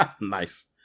Nice